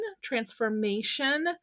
transformation